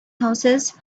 houses